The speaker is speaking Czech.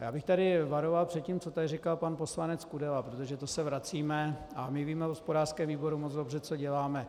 Já bych tady varoval před tím, co tady říkal pan poslanec Kudela, protože to se vracíme a my víme v hospodářském výboru moc dobře, co děláme.